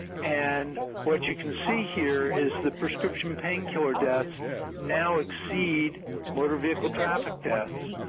and what you can see here is the prescription painkiller deaths now exceed motor vehicle traffic deaths,